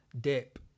Dip